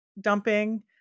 dumping